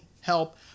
help